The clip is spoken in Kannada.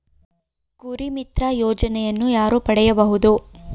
ಕುರಿಮಿತ್ರ ಯೋಜನೆಯನ್ನು ಯಾರು ಪಡೆಯಬಹುದು?